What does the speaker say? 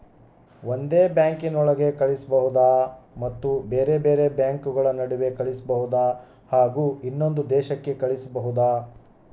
ಒಂದೇ ಬ್ಯಾಂಕಿನೊಳಗೆ ಕಳಿಸಬಹುದಾ ಮತ್ತು ಬೇರೆ ಬೇರೆ ಬ್ಯಾಂಕುಗಳ ನಡುವೆ ಕಳಿಸಬಹುದಾ ಹಾಗೂ ಇನ್ನೊಂದು ದೇಶಕ್ಕೆ ಕಳಿಸಬಹುದಾ?